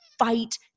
fight